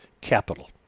capital